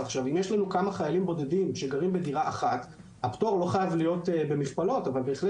טיפול בחיילים הבודדים בעת שירותם בצה"ל ולאחר שחרורם,